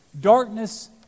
Darkness